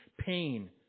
pain